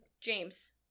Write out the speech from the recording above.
James